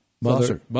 mother